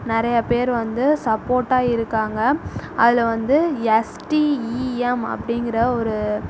நிறையா பேர் வந்து சப்போட்டாக இருக்காங்க அதில் வந்து எஸ்டிஇஎம் அப்படிங்கிற ஒரு